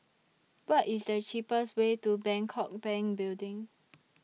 What IS The cheapest Way to Bangkok Bank Building